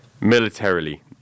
militarily